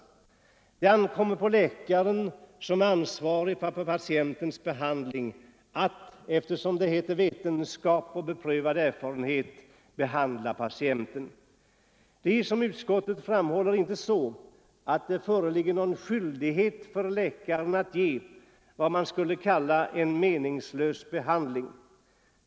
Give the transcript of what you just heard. Det ankommer på läkaren att, som ansvarig för patientens vård, ge patienten den behandling ”som står i överensstämmelse med vetenskap och beprövad erfarenhet”. Som utskottet framhåller föreligger det inte någon skyldighet för läkaren att ge vad man skulle kalla en meningslös behandling.